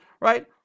right